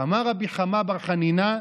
"אמר רבי חמא בר חנינא,